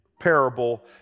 parable